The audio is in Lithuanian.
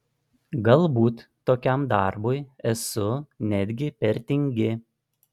galbūt tokiam darbui esu netgi per tingi